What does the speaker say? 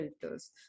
filters